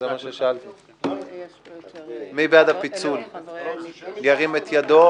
מי בעד הפיצול ירים את ידו,